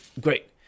great